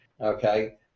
okay